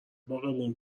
باغبون